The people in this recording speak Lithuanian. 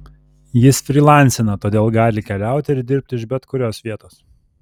jis frylancina todėl gali keliaut ir dirbt iš bet kurios vietos